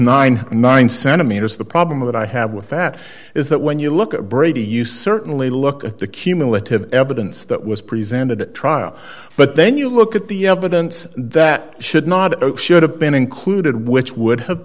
ninety nine centimeters the problem that i have with that is that when you look at brady you certainly look at the cumulative evidence that was presented at trial but then you look at the evidence that should not should have been included which would have